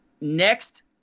next